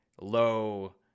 low